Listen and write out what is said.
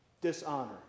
dishonor